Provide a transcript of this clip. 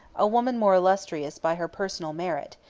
a woman more illustrious by her personal merit,